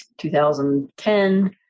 2010